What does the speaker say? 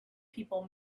people